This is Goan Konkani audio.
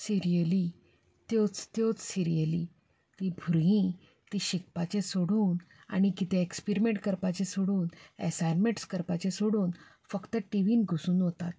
सिरियली त्योच त्योच सिरियली तीं भुरगीं तें शिकपाचें सोडून आनी कितें एक्सपिरिमेंट करपाचें सोडून एसायमॅंट्स करपाचें सोडून फक्त टी व्हींत घुसून उरतात